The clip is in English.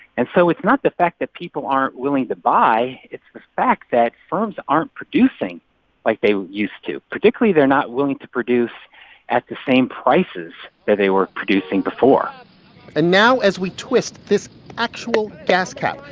and so it's not the fact that people aren't willing to buy. it's the fact that firms aren't producing like they used to. particularly, they're not willing to produce at the same prices that they were producing before and now, as we twist this actual gas cap,